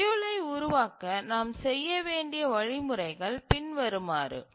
ஸ்கேட்யூலை உருவாக்க நாம் செய்ய வேண்டிய வழிமுறைகள் பின்வருமாறு